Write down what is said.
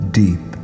deep